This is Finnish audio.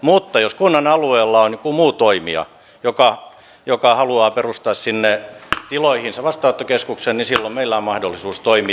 mutta jos kunnan alueella on joku muu toimija joka haluaa perustaa sinne tiloihinsa vastaanottokeskuksen niin silloin meillä on mahdollisuus toimia